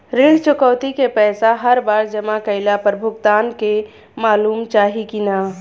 ऋण चुकौती के पैसा हर बार जमा कईला पर भुगतान के मालूम चाही की ना?